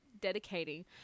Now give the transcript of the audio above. dedicating